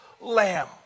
lamb